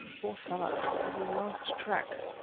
poor fellow! it was his last trek.